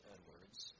Edwards